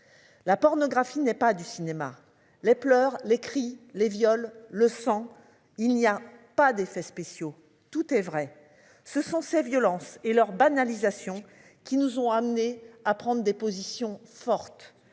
La pornographie n'est pas du cinéma. Les pleurs, les cris, les viols le sang il n'y a pas d'effets spéciaux, tout est vrai. Ce sont ces violences et leur banalisation qui nous ont amenés à prendre des positions fortes.